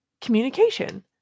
communication